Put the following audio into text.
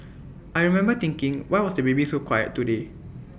I remember thinking why was the baby so quiet today